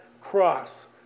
cross